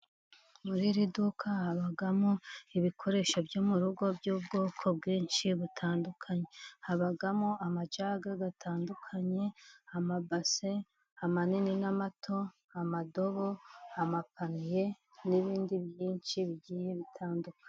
Muri iri duka habamo ibikoresho byo mu rugo by'ubwoko bwinshi butandukanye habamo amajaga atandukanye, amabase amanini n'amato ,amadobo, amapaniye n'ibindi byinshi bigiye bitandukanye.